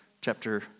Chapter